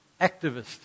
activist